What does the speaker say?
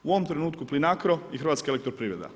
U ovoj trenutku PLINACRO i Hrvatska elektroprivreda.